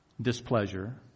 displeasure